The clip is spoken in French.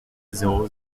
zéro